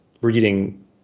reading